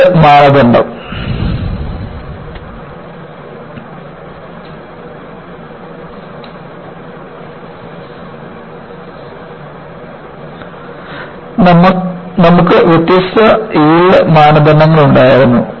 yield മാനദണ്ഡം നമുക്ക് വ്യത്യസ്ത യീൽഡ് മാനദണ്ഡമുണ്ടായിരുന്നു